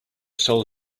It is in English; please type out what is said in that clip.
solar